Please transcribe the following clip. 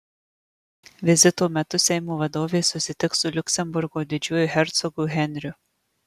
vizito metu seimo vadovė susitiks su liuksemburgo didžiuoju hercogu henriu